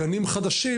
גנים חדשים